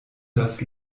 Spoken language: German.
das